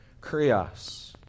Krios